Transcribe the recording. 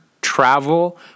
travel